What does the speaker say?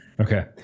Okay